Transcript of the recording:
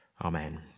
Amen